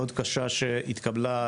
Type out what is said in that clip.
מאוד קשה, שהתקבלה,